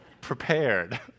prepared